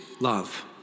Love